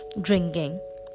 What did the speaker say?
drinking